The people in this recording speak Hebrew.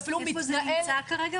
איפה זה נמצא כרגע?